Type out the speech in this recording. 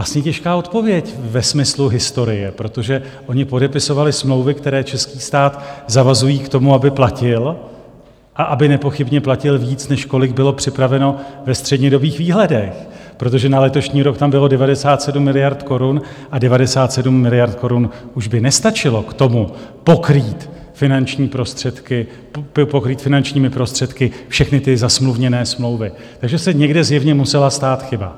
Vlastně těžká odpověď ve smyslu historie, protože oni podepisovali smlouvy, které český stát zavazují k tomu, aby platil, a aby nepochybně platil víc, než kolik bylo připraveno ve střednědobých výhledech, protože na letošní rok tam bylo 97 miliard korun, a 97 miliard korun už by nestačilo k tomu, pokrýt finančními prostředky všechny ty zasmluvněné smlouvy, takže se někde zjevně musela stát chyba.